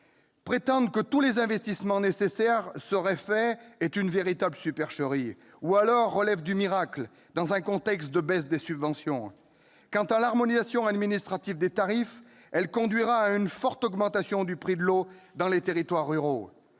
Prétendre que tous les investissements nécessaires seraient faits est une véritable supercherie ou alors relève du miracle, dans un contexte de baisse des subventions ! Quant à l'harmonisation administrative des tarifs, elle conduirait à une forte augmentation du prix de l'eau dans les territoires ruraux,